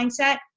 mindset